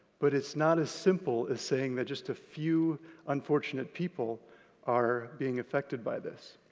but it's not as simple as saying that just a few unfortunate people are being affected by this.